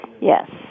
Yes